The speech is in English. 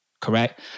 correct